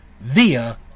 via